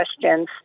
questions